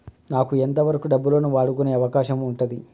నాకు ఎంత వరకు డబ్బులను వాడుకునే అవకాశం ఉంటది?